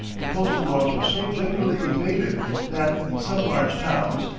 the postal laws were so generally evaded that, in some large towns,